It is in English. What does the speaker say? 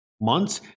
months